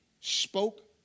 spoke